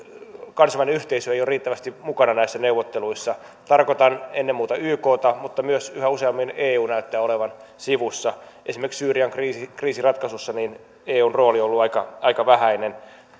kansainvälinen yhteisö ei ole riittävästi mukana näissä neuvotteluissa tarkoitan ennen muuta ykta mutta myös yhä useammin eu näyttää olevan sivussa esimerkiksi syyrian kriisin ratkaisussa eun rooli on ollut aika aika vähäinen